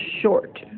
short